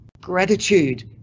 gratitude